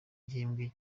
gihembwe